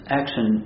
action